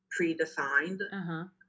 predefined